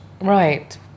Right